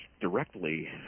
directly